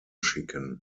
schicken